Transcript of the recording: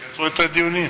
תקצרו את הדיונים.